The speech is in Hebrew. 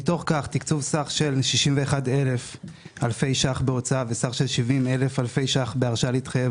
תקצוב סך של 61,000 אלפי ₪ בהוצאה וסך של 70,000 אלפי ₪ בהרשאה להתחייב